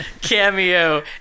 cameo